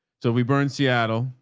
so we burned seattle.